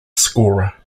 scorer